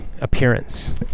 appearance